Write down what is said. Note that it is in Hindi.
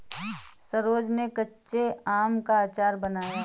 सरोज ने कच्चे आम का अचार बनाया